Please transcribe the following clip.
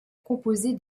composé